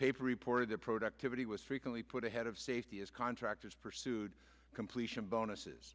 paper reported that productivity was frequently put ahead of safety as contractors pursued completion bonuses